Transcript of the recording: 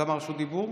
גם רשות הדיבור?